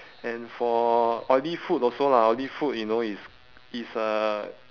and for oily food also lah oily food you know is is a